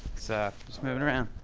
just moving around.